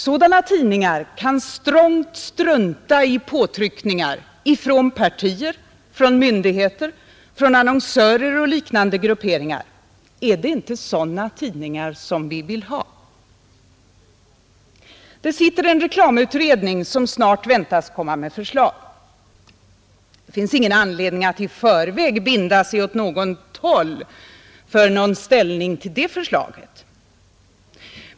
Sådana tidningar kan strongt strunta i påtryckningar från partier, från myndgheter, från annonsörer och liknande grupperingar. Är det inte sådana tidningar som vi vill ha? Det sitter en reklamutredning som snart väntas komma med förslag. Det finns ingen anledning att i förväg binda sig åt något håll för ställning till det förslaget.